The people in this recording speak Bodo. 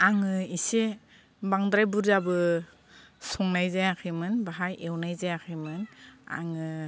आङो एसे बांद्राय बुरजाबो संनाय जायाखैमोन बाहाय एवनाय जायाखैमोन आङो